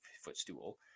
footstool